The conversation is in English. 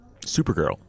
Supergirl